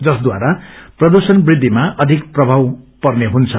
जसद्वारा प्रदूषण वृद्धिमा अधिक प्रभाव पर्नेहुन्छ